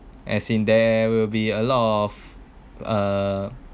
as in there will be a lot of uh